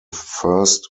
first